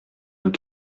nos